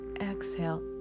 exhale